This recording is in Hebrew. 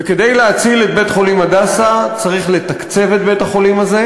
וכדי להציל את בית-חולים "הדסה" צריך לתקצב את בית-החולים הזה,